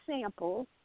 samples